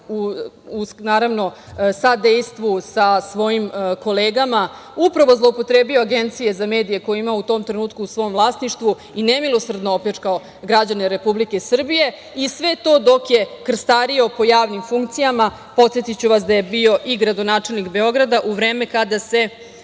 Đilas u sadejstvu sa svojim kolegama upravo zloupotrebio agencije za medije koje je imao u tom trenutku u svom vlasništvu i nemilosrdno opljačkao građane Republike Srbije i sve to dok je krstario po javnim funkcijama. Podsetiću vas da je bio i gradonačelnik Beograda u vreme kada se